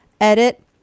edit